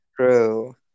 true